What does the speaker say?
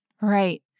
Right